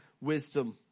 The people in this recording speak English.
wisdom